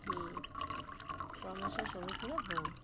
ହ ସମସ୍ୟା ସମ୍ମୁଖୀନ ହଉ